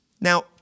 Now